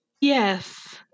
Yes